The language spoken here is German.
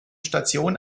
station